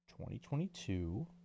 2022